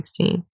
2016